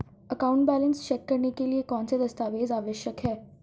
Account balance check करने के लिए कौनसे दस्तावेज़ आवश्यक हैं?